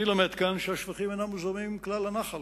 אני למד כאן שהשפכים אינם מוזרמים כלל לנחל,